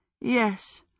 Yes